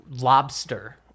lobster